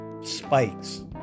spikes